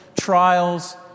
trials